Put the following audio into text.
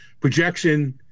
projection